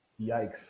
Yikes